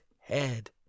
head